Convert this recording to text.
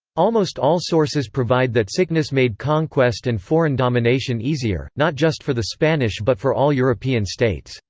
almost all sources provide that sickness made conquest and foreign domination easier, not just for the spanish but for all european states.